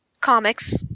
Comics